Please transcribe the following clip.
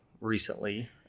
recently